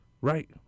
Right